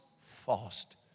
Fast